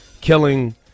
killing